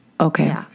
Okay